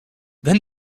then